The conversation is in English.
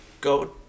go